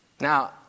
Now